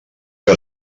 que